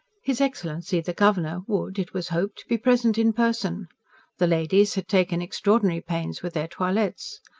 his excellency the governor would, it was hoped, be present in person the ladies had taken extraordinary pains with their toilettes,